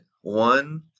one